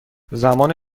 زمان